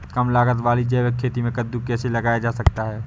कम लागत वाली जैविक खेती में कद्दू कैसे लगाया जा सकता है?